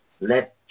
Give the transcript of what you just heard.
let